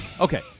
okay